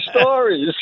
stories